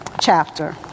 chapter